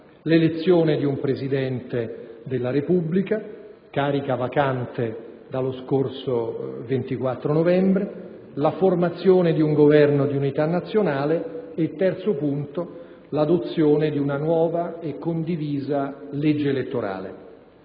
l'elezione di un Presidente della Repubblica (carica vacante dallo scorso 24 novembre); la formazione di un Governo di unità nazionale e l'adozione di una nuova e condivisa legge elettorale.